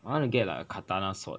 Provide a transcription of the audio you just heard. I want to get like a katana sword